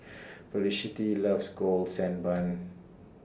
Felicity loves Golden Sand Bun